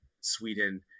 Sweden